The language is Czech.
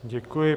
Děkuji.